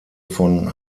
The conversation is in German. von